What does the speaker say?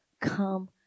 come